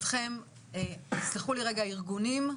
יסלחו לי רגע ארגונים,